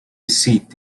seat